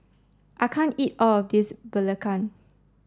I can't eat all of this Belacan